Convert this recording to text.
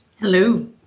Hello